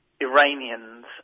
Iranians